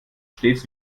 stets